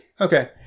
okay